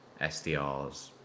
SDRs